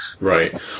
Right